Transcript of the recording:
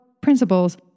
principles